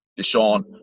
Deshaun